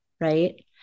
Right